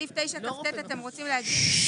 בסעיף 9כט אתם רוצים להגיד: